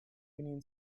union